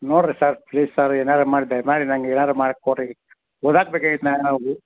ನೋಡಿ ರೀ sir please sir ಏನಾರೂ ಮಾಡಿ ದಯಮಾಡಿ ನಂಗೆ ಏನಾರೂ ಮಾಡಿ ಕೊಡಿರಿ ಓದಕ್ಕೆ ಬೇಕಾಗಿತ್ತು